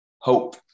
hope